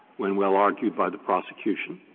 when well argued by the prosecution,